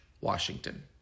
Washington